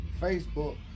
Facebook